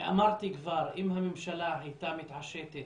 אמרתי כבר, אם הממשלה הייתה מתעשתת